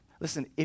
Listen